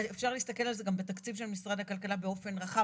ואפשר להסתכל על זה גם בתקציב של משרד הכלכלה באופן רחב.